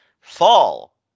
fall